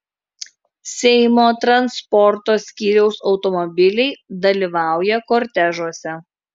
seimo transporto skyriaus automobiliai dalyvauja kortežuose